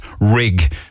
rig